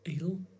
eel